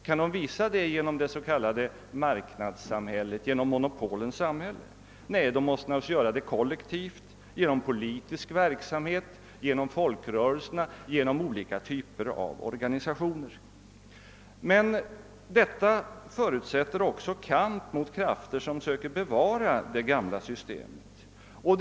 Kan de göra det inom det så kallade marknadssamhället, inom monopolens samhälle? Nej, de måste naturligtvis göra det kollektivt genom politisk verksamhet, genom folkrörelserna, genom olika typer av organisationer. Detta förutsätter också kamp mot krafter som söker bevara det gamla systemet.